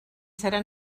serà